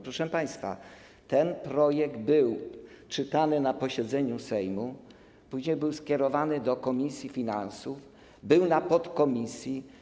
Proszę państwa, ten projekt był czytany na posiedzeniu Sejmu, później był skierowany do komisji finansów, był w podkomisji.